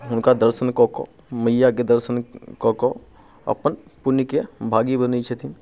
हुनका दर्शन कऽ कऽ मैयाके दर्शन कऽ कऽ अपन पुण्यके भागी बनैत छथिन